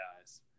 guys